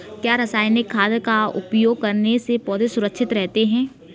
क्या रसायनिक खाद का उपयोग करने से पौधे सुरक्षित रहते हैं?